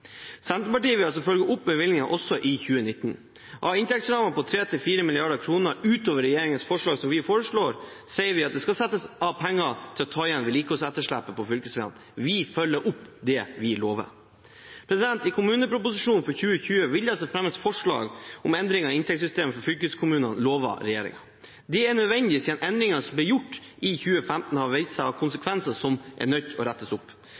Senterpartiet vil følge opp med bevilgninger også i 2019. Av en inntektsramme på 3–4 mrd. kr utover regjeringens forslag, som vi foreslår, sier vi at det skal settes av penger til å ta igjen vedlikeholdsetterslepet på fylkesveiene. Vi følger opp det vi lover. I kommuneproposisjonen for 2020 vil det fremmes forslag om endringer i inntektssystemet for fylkeskommunene, lover regjeringen. Det er nødvendig, siden endringene som ble gjort i 2015, har vist seg å ha konsekvenser som er nødt til å rettes opp.